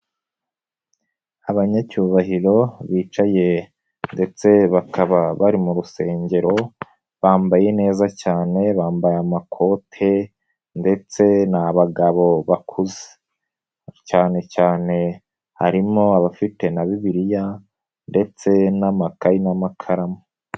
Abanyacyubahiro bicaye ndetse bakaba bari mu rusengero, bambaye neza cyane, bambaye amakote ndetse ni abagabo bakuze. Cyane cyane harimo abafite na bibiliya ndetse n'amakayi n'amakaramu.